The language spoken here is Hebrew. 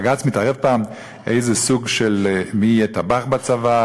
בג"ץ התערב פעם במי יהיה טבח בצבא?